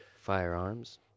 Firearms